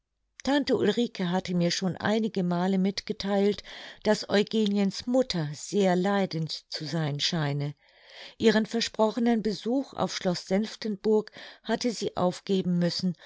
tante ulrike hatte mir schon einige male mitgetheilt daß eugeniens mutter sehr leidend zu sein scheine ihren versprochenen besuch auf schloß senftenburg hatte sie aufgeben müssen